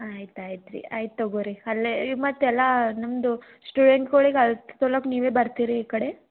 ಆಯ್ತಾಯ್ತು ರೀ ಆಯ್ತು ತಗೋ ರೀ ಅಲ್ಲೇ ಮತ್ತು ಎಲ್ಲ ನಮ್ದು ಸ್ಟೂಡೆಂಟ್ಗಳಿಗ್ ಅಳತೆ ತೊಗೋಳೋಕ್ ನೀವೇ ಬರ್ತೀರಿ ಈ ಕಡೆ